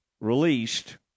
released